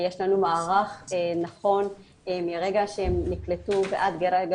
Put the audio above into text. יש לנו מערך נכון מרגע שהם נקלטו ועד לרגע